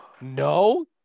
No